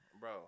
Bro